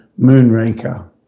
Moonraker